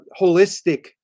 holistic